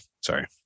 Sorry